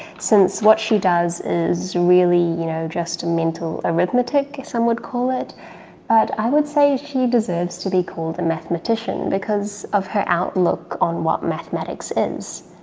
since what she does is really you know just mental arithmetic, some would call it, but i would say she deserves to be called a mathematician because of her outlook on what mathematics is.